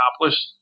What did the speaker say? accomplished